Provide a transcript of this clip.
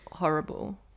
horrible